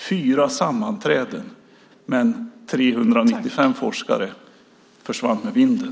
Fyra sammanträden - men 395 forskare försvann med vinden.